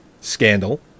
scandal